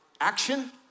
action